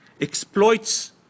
exploits